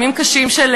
בימים קשים של